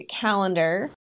calendar